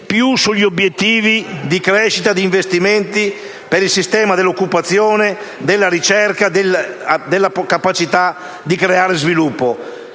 sugli obiettivi di crescita degli investimenti per il sistema dell'occupazione, della ricerca, della capacità di creare sviluppo.